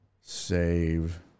save